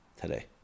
today